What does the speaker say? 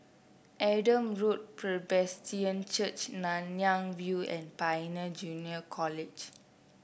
Adam Road Presbyterian Church Nanyang View and Pioneer Junior College